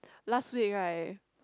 last week right